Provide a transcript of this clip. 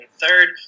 third